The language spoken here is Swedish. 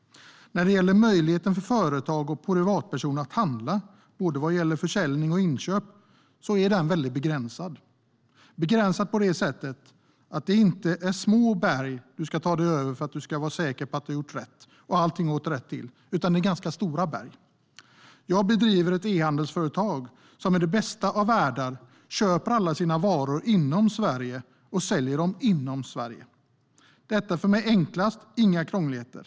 Möjligheten för företag och privatpersoner att handla är väldigt begränsad vad gäller både försäljning och inköp. Den är begränsad på det sättet att det inte är små berg man ska ta sig över för att vara säker på att man gjort rätt och att allting gått rätt till, utan det är ganska stora berg. Jag driver ett e-handelsföretag, som i den bästa av världar köper alla sina varor inom Sverige och säljer dem inom Sverige, vilket är enklast för mig och inte innebär några krångligheter.